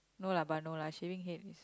no lah but no lah shaving head is